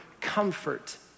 comfort